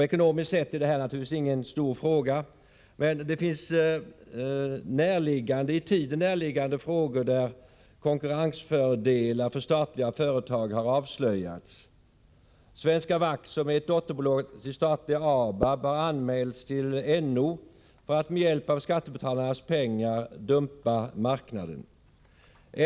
Ekonomiskt sett är det här naturligtvis ingen stor fråga, men det finns i tiden näraliggande frågor där konkurrensfördelar för statliga företag har avslöjats. Svenska Vakt, som är ett dotterbolag till statliga ABAB, har anmälts till NO för att med hjälp av skattebetalarnas pengar dumpa marknaden.